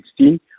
2016